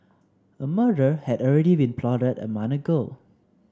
a murder had already been plotted a money ago